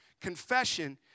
Confession